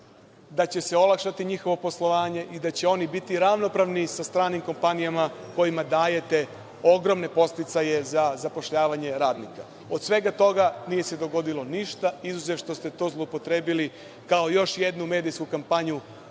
da će se olakšati njihovo poslovanje i da će oni biti ravnopravni sa stranim kompanijama kojima dajete ogromne podsticaje za zapošljavanje radnika. Od svega toga nije se dogodilo ništa, izuzev što ste to zloupotrebili kao još jednu medijsku kampanju